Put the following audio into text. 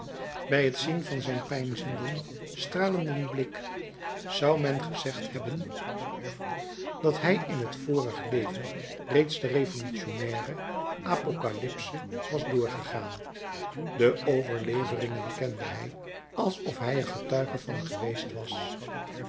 bij het zien van zijn peinzenden stralenden blik zou men gezegd hebben dat hij in het vorig leven reeds de revolutionaire apokalypse was doorgegaan de overleveringen kende hij alsof hij er getuige van geweest was